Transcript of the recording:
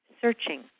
searching